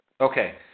Okay